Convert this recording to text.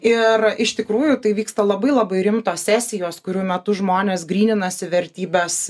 ir iš tikrųjų tai vyksta labai labai rimtos sesijos kurių metu žmonės gryninasi vertybes